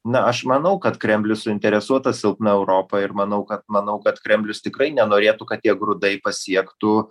na aš manau kad kremlius suinteresuotas silpna europa ir manau kad manau kad kremlius tikrai nenorėtų kad tie grūdai pasiektų